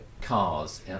cars